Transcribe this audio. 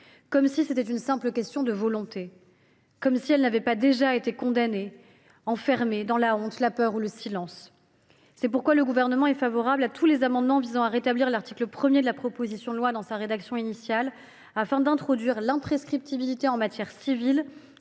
Comme si c’était une simple question de volonté. Comme si elles n’avaient pas déjà été condamnées, enfermées dans la honte, la peur ou le silence. C’est pourquoi le Gouvernement est favorable à tous les amendements visant à rétablir l’article 1 de la proposition de loi dans sa rédaction initiale, afin d’introduire l’imprescriptibilité en matière civile